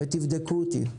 תבדקו אותי.